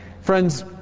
friends